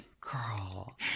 girl